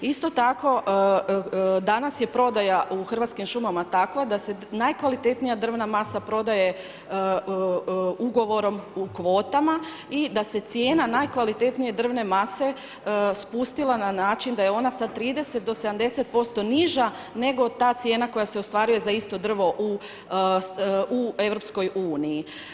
Isto tako danas je prodaja u Hrvatskim šumama takva da se najkvalitetnija drvna masa prodaje ugovorom u kvotama i da se cijena najkvalitetnije drvne mase spustila na način da je ona sad 30-70% niža nego ta cijena koja se ostvaruje za isto drvo u Europskoj uniji.